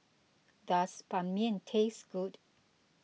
does Ban Mian taste good